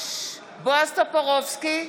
בועז טופורובסקי,